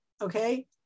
Okay